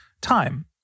time